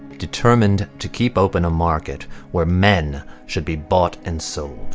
determined to keep open a market where men should be bought and sold.